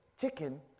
chicken